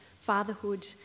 fatherhood